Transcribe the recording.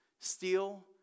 Steal